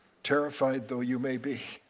terrified though you may be,